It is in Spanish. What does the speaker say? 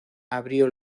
abrió